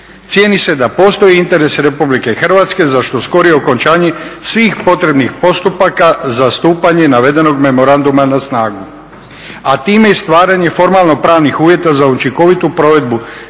cijeni se da postoji interes RH za što skorije okončanje svih potrebnih postupaka za stupanje navedenog memoranduma na snagu. A time i stvaranje formalno pravnih uvjeta za učinkovitu provedbu